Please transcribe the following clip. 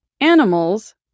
animals